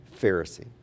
Pharisee